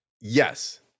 Yes